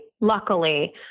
luckily